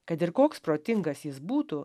kad ir koks protingas jis būtų